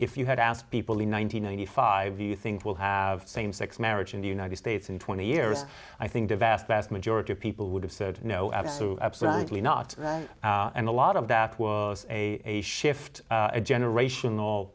if you had asked people in one thousand nine hundred five you think we'll have same sex marriage in the united states in twenty years i think the vast vast majority of people would have said no absolutely not and a lot of that was a shift a generational